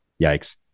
Yikes